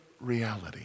reality